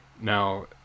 Now